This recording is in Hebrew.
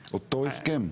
הסכם.